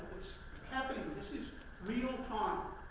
happening, this is real time.